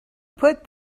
put